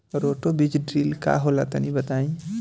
Roto बीज drill का होला तनि बताई?